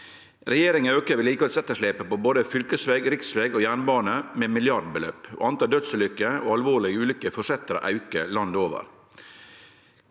Regjeringa aukar vedlikehaldsetterslepet på både fylkesveg, riksveg og jernbane med milliardbeløp, og talet på dødsulykker og alvorlege ulykker fortsetter å auke landet over.